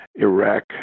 Iraq